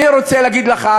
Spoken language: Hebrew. אני רוצה להגיד לך,